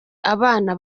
abana